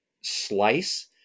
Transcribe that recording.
slice